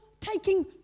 taking